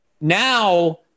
Now